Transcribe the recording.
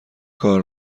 کار